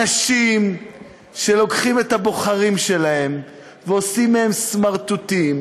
אנשים שלוקחים את הבוחרים שלהם ועושים מהם סמרטוטים,